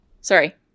sorry